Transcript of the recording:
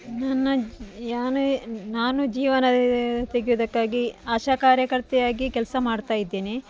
ನನ್ನ ಯಾನು ನಾನು ಜೀವನ ತೆಗೆಯೋದಕ್ಕಾಗಿ ಆಶಾ ಕಾರ್ಯಕರ್ತೆಯಾಗಿ ಕೆಲಸ ಮಾಡ್ತಾ ಇದ್ದೇನೆ